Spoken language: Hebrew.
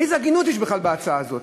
איזה הגינות יש בכלל בהצעה הזאת?